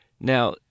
now